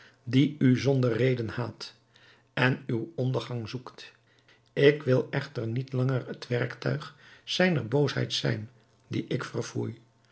die u zonder reden haat en uwen ondergang zoekt ik wil echter niet langer het werktuig zijner boosheid zijn die ik verfoei